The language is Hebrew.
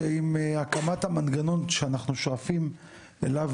יכול להיות שעם הקמת המנגנון שאנחנו שואפים אליו,